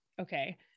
okay